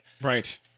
Right